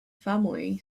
family